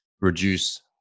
reduce